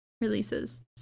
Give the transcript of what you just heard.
releases